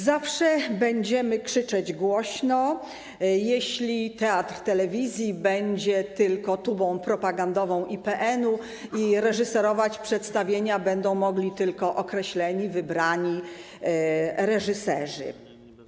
Zawsze będziemy krzyczeć głośno, jeśli Teatr Telewizji będzie tylko tubą propagandową IPN-u i reżyserować przedstawienia będą mogli tylko określeni, wybrani reżyserzy.